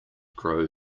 grow